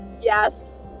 yes